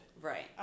right